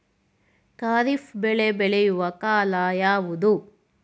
ಖಾರಿಫ್ ಬೆಳೆ ಬೆಳೆಯುವ ಕಾಲ ಯಾವುದು?